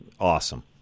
awesome